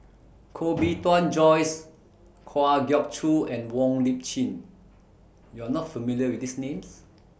Koh Bee Tuan Joyce Kwa Geok Choo and Wong Lip Chin YOU Are not familiar with These Names